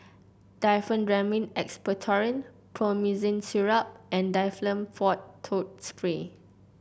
Diphenhydramine Expectorant Promethazine Syrup and Difflam Forte Throat Spray